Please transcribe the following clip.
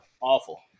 Awful